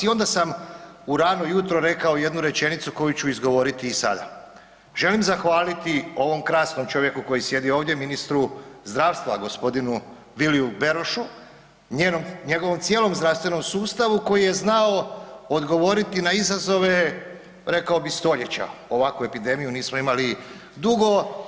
I onda sam u rano jutro rekao jednu rečenicu koju ću izgovoriti i sada, želim zahvaliti ovom krasnom čovjeku koji sjedi ovdje ministru zdravstva gospodinu Viliju Berošu, njegovom cijelom zdravstvenom sustavu koji je znao odgovoriti na izazove rekao bih stoljeća, ovakvu epidemiju nismo imali dugo.